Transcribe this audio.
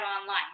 online